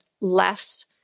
less